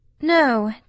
No